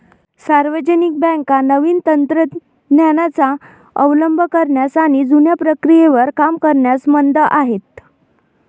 सार्वजनिक बँका नवीन तंत्र ज्ञानाचा अवलंब करण्यास आणि जुन्या प्रक्रियेवर काम करण्यास मंद आहेत